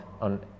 on